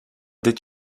did